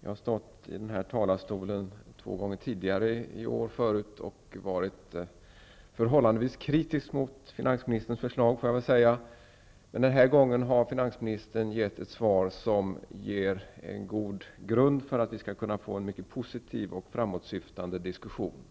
Jag har två gånger tidigare i år stått i den här talarstolen och varit förhållandevis kritisk mot finansministerns förslag, men den här gången har finansministern gett ett svar som ger en god grund för en mycket positiv och framåtsyftande diskussion.